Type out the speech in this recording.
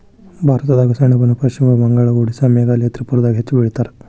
ಭಾರತದಾಗ ಸೆಣಬನ ಪಶ್ಚಿಮ ಬಂಗಾಳ, ಓಡಿಸ್ಸಾ ಮೇಘಾಲಯ ತ್ರಿಪುರಾದಾಗ ಹೆಚ್ಚ ಬೆಳಿತಾರ